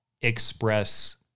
express